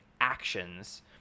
actions